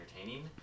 entertaining